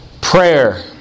Prayer